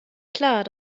klar